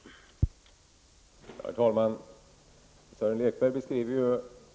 Tack.